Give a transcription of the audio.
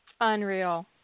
Unreal